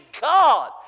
God